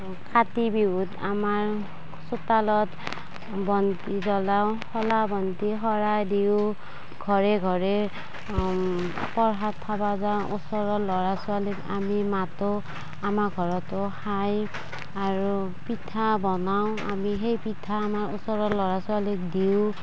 কাতি বিহুত আমাৰ চোতালত বন্তি জ্বলাওঁ শলা বন্তি শৰাই দিওঁ ঘৰে ঘৰে প্ৰসাদ খাব যাওঁ ওচৰৰ ল'ৰা ছোৱালীক আমি মাতোঁ আমাৰ ঘৰতো খাই আৰু পিঠা বনাওঁ আমি সেই পিঠা আমাৰ ওচৰৰ ল'ৰা ছোৱালীক দিওঁ